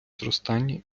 зростання